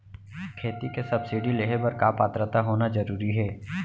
खेती के सब्सिडी लेहे बर का पात्रता होना जरूरी हे?